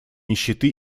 нищеты